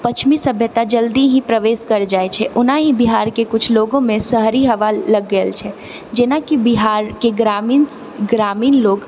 पश्चिमी सभ्यता जल्दी ही प्रवेश कर जाइ छै ओनाही बिहारके कुछ लोगोमे शहरी हवा लग गेल छै जेना कि बिहारके ग्रामीण ग्रामीण लोग